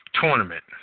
tournament